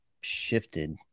shifted